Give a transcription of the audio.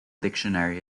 dictionary